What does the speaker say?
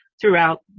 throughout